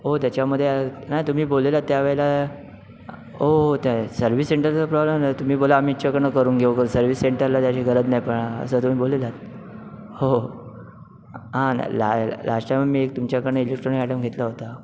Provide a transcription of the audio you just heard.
हो त्याच्यामध्ये हां तुम्ही बोललेला त्यावेळेला हो हो त्या सर्व्हिस सेंटरचा प्रॉब्लेम नाही तुम्ही बोला आम्ही इच्च्याकडनं करून घेऊ सर्व्हिस सेंटरला त्याची गरज नाही पडणार असं तुम्ही बोललेलात हो आ नाही ला लास्ट टाईम आम्ही एक तुमच्याकडून इलेक्ट्रॉनिक आयटम घेतला होता